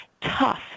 tough